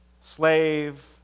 slave